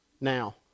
now